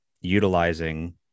utilizing